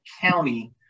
county